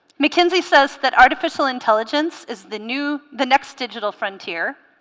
mckenzie says that artificial intelligence is the new the next digital frontier